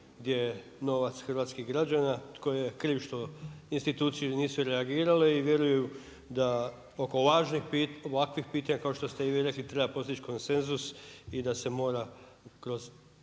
gdje je novac Hrvatskih građana, tko je kriv što institucije nisu reagirale i vjeruju da oko ovakvih pitanja, kao što ste i vi rekli, treba postići konsenzus i da se mora kroz